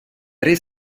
tre